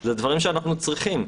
זה דברים שאנחנו צריכים.